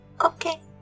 Okay